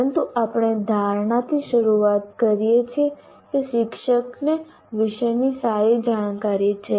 પરંતુ આપણે ધારણાથી શરૂઆત કરીએ છીએ કે શિક્ષકને વિષયની સારી જાણકારી છે